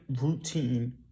routine